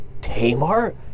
Tamar